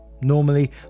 Normally